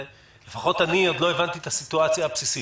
לפחות אני עוד לא הבנתי את הסיטואציה הבסיסית.